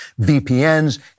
VPNs